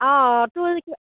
অ তোৰ কি